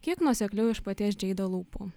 kiek nuosekliau iš paties džeido lūpų